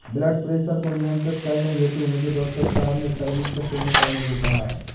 blood pressure को नियंत्रित करने हेतु मुझे डॉक्टर साहब ने तरबूज का सेवन करने को कहा है